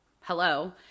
hello